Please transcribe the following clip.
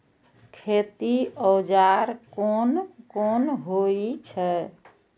खेती औजार कोन कोन होई छै?